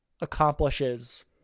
accomplishes